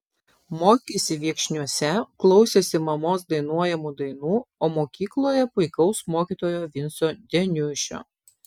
mokėsi viekšniuose klausėsi mamos dainuojamų dainų o mokykloje puikaus mokytojo vinco deniušio